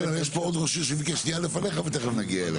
כן אבל יש פה עוד ראש שביקש שנייה לפניך ותכף נגיע אליך.